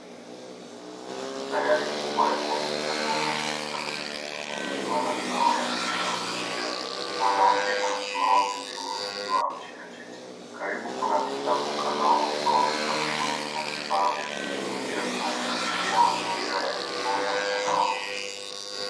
Tayari kubwa ya kompyuta na kitabu kilichofunguliwa na alama ya video katikati. Mwanamke anasimama pempeni akiwa ameshika cheti, karibu kuna vitabu , kalamu, kikombe cha ushindi na vifaa vya kujifunzia vinavyoashiria mazingira ya elimu ya mtandaoni.